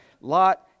Lot